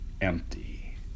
empty